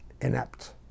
inept